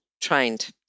trained